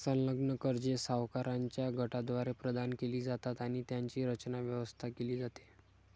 संलग्न कर्जे सावकारांच्या गटाद्वारे प्रदान केली जातात आणि त्यांची रचना, व्यवस्था केली जाते